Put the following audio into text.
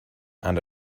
and